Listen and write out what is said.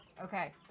Okay